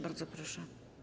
Bardzo proszę.